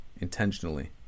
intentionally